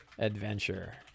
adventure